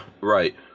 right